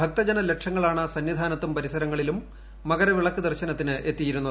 ഭക്തജന ലക്ഷ്ടുങ്ങളാണ് സന്നിധാനത്തും പരിസരങ്ങളിലും മകരവിളക്ക് ദർശനത്തിന്ട് എ്ത്തിയിരുന്നത്